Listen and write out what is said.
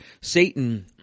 Satan